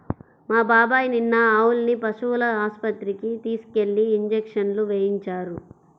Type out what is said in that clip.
మా బాబాయ్ నిన్న ఆవుల్ని పశువుల ఆస్పత్రికి తీసుకెళ్ళి ఇంజక్షన్లు వేయించారు